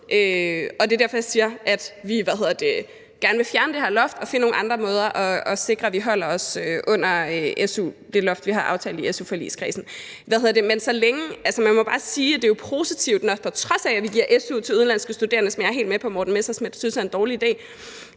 Det er derfor, jeg siger, at vi gerne vil fjerne det her loft og finde nogle andre måder til at sikre, at vi holder os under det loft, vi har aftalt i su-forligskredsen. Men man må jo bare sige, at det er positivt, at vi, på trods af at vi giver su til udenlandske studerende – hvilket jeg er helt med på at hr. Morten Messerschmidt synes er en dårlig idé